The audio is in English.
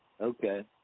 Okay